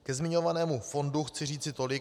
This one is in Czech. Ke zmiňovanému fondu chci říci tolik.